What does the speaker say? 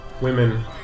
Women